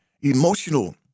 emotional